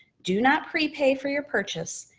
do not prepay for your purchase,